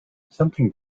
something